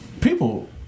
people